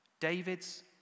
David's